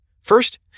First